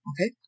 Okay